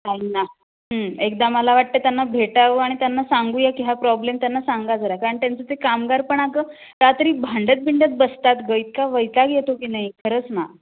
त्यांना एकदा मला वाटतं आहे त्यांना भेटावं आणि त्यांना सांगूया की हा प्रॉब्लेम त्यांना सांगा जरा कारण त्यांचं ते कामगार पण अगं रात्री भांडत भिंडत बसतात गं इतका वैताग येतो की नाही खरंच ना